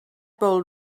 bold